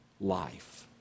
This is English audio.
life